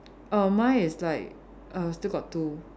err mine is like err still got two